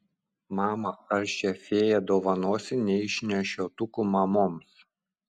mama ar šią fėją dovanosi neišnešiotukų mamoms